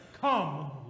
Come